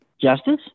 Justice